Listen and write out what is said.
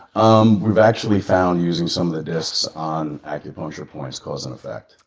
um we've actually found using some of the discs on acupuncture points caused an effect.